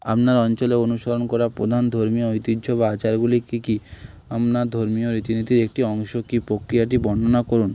আপনার অঞ্চলে অনুসরণ করা প্রধান ধর্মীয় ঐতিহ্য বা আচারগুলি কী কী আপনার ধর্মীয় রীতি নীতির একটি অংশ কী প্রক্রিয়াটি বর্ণনা করুন